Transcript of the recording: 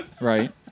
Right